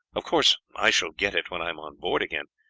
of course i shall get it when i am on board again,